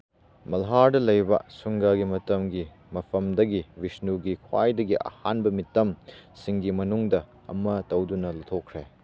ꯃꯜꯍꯥꯔꯗ ꯂꯩꯕ ꯁꯨꯡꯒꯒꯤ ꯃꯇꯝꯒꯤ ꯃꯐꯝꯗꯒꯤ ꯚꯤꯁꯅꯨꯒꯤ ꯈ꯭ꯋꯥꯏꯗꯒꯤ ꯑꯍꯥꯟꯕ ꯃꯤꯠꯇꯝꯁꯤꯡꯒꯤ ꯃꯅꯨꯡꯗ ꯑꯃ ꯇꯧꯗꯨꯅ ꯂꯧꯊꯣꯛꯈ꯭ꯔꯦ